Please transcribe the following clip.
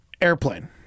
Airplane